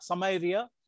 Samaria